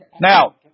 Now